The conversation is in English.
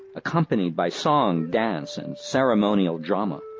accompanied by song, dance, and ceremonial drama.